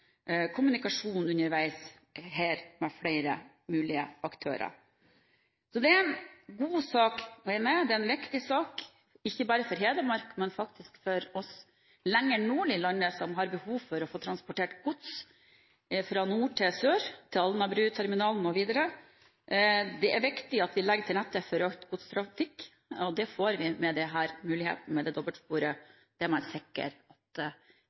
kommunikasjon underveis her med flere mulige aktører. Så det er en god sak, mener jeg, det er en viktig sak, ikke bare for Hedmark, men faktisk også for oss lenger nord i landet, som har behov for å få transportert gods fra nord til sør, til Alnabruterminalen og videre. Det er viktig at vi legger til rette for økt godstrafikk, og det får vi mulighet til med dette dobbeltsporet der man sikrer at det